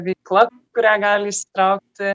veikla kurią gali įsitraukti